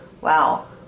Wow